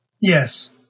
Yes